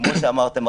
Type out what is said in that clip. כמו שאמרתם,